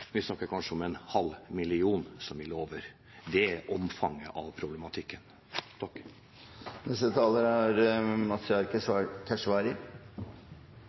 vi snakker om kanskje en halv million som ville over. Det er omfanget av problematikken.